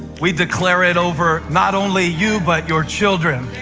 we declare it over not only you but your children,